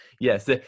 Yes